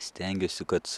stengiuosi kac